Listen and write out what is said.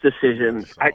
decisions